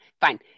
fine